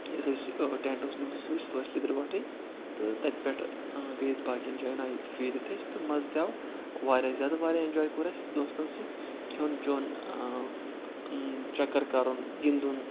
یُس اَسہِ نیٚنٹ اوس نِمُت سۭتۍ سُہ تھوٚو اسہِ لیدٕروٹھٕے تہٕ تتہِ پیٹھ گٔے أسۍ باقٕین جایَن آیہِ پھیٖرتھ أسۍ تہٕ مَزٕ تہِ آو واریاہ زیادٕ واریاہ ایٚنجاے کوٚر اَسہِ دوستن سۭتۍ کھیٚون چھیٚون چکر کرُن گِنٛدُن